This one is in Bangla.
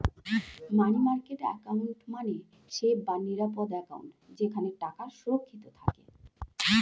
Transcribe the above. মানি মার্কেট অ্যাকাউন্ট মানে সেফ বা নিরাপদ অ্যাকাউন্ট যেখানে টাকা সুরক্ষিত থাকে